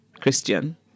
Christian